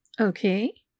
Okay